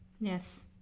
Yes